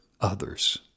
others